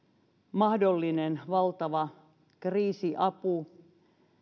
mahdollinen valtava kriisiapu